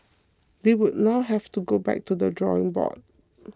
they would now have to go back to the drawing board